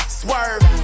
swerve